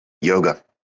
yoga